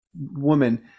woman